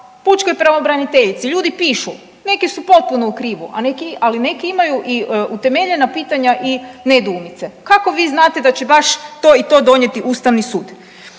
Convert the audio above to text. Pučkoj pravobraniteljici, ljudi pišu. Neki su potpuno u krivu, ali neki imaju i utemeljena pitanja i nedoumice. Kako vi znate da će baš to i to donijeti Ustavni sud?